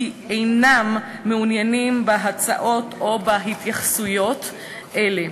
אינם מעוניינים בהצעות או בהתייחסויות אלה,